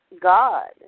God